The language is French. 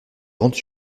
grandes